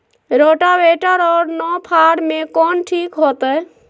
Rotavator और नौ फ़ार में कौन ठीक होतै?